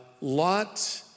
Lot